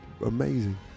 amazing